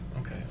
Okay